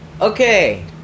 Okay